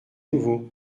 nouveau